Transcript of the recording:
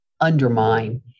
undermine